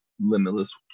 Limitless